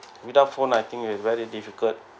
without phone I think is very difficult